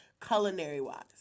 culinary-wise